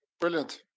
brilliant